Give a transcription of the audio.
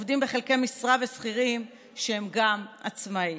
עובדים בחלקי משרה ושכירים שהם גם עצמאים.